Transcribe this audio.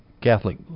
Catholic